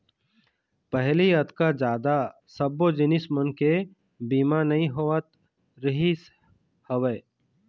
पहिली अतका जादा सब्बो जिनिस मन के बीमा नइ होवत रिहिस हवय